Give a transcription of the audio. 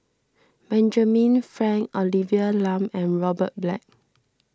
Benjamin Frank Olivia Lum and Robert Black